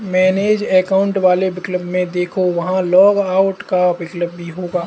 manage account वाले विकल्प में देखो, वहां लॉग आउट का विकल्प भी होगा